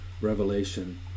Revelation